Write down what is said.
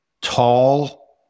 tall